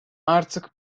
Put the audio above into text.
artık